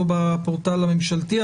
לא בפורטל הממשלתי,